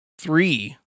three